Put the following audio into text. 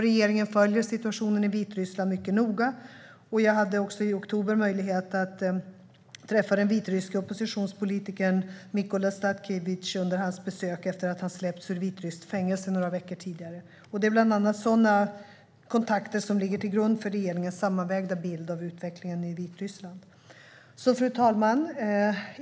Regeringen följer situationen i Vitryssland mycket noga, och jag hade i oktober möjlighet att träffa den vitryske oppositionspolitikern Mikola Statkevitj under hans Sverigebesök efter att han släppts ur vitryskt fängelse några veckor tidigare. Det är bland annat sådana kontakter som ligger till grund för regeringens sammanvägda bild av utvecklingen i Vitryssland. Fru talman!